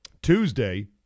Tuesday